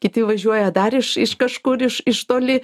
kiti važiuoja dar iš iš kažkur iš iš toli